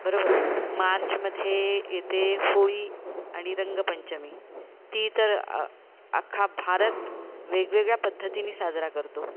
बरोबर मार्चमध्ये येते होळी आणि रंगपंचमी ती तर अख्खा भारत वेगवेगळ्या पद्धतीनी साजरा करतो